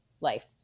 life